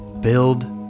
build